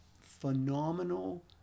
phenomenal